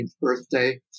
birthday